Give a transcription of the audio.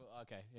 okay